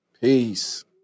Peace